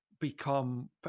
become